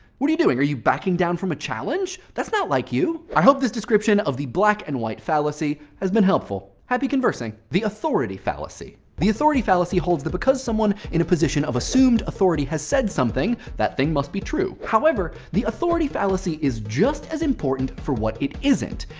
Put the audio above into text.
what are you doing? are you backing down from a challenge? that's not like you. i hope this description of the black and white fallacy has been helpful. happy conversing. the authority fallacy. the authority fallacy holds that because someone in a position of assumed authority has said something, that thing must be true. however, the authority fallacy is just as important for what it isn't.